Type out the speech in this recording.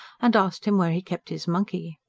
and asked him where he kept his monkey.